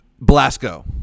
Blasco